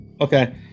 Okay